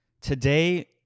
Today